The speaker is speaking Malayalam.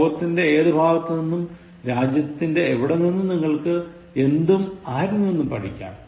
ലോത്തിന്റെ ഏതു ഭാഗത്തു നിന്നും രാജ്യത്തെവിടെ നിന്നും നിങ്ങൾക്ക് എന്തും ആരിൽ നിന്നും പഠിക്കാം